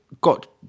got